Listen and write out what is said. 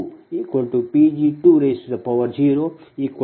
0 p